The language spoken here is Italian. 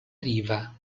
riva